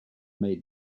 made